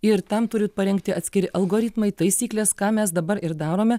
ir tam turit parengti atskiri algoritmai taisyklės ką mes dabar ir darome